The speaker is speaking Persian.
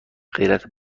غیرت